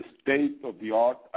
state-of-the-art